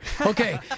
Okay